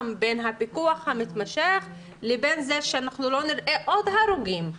בין הפיקוח המתמשך לבין זה שאנחנו לא נראה עוד הרוגים.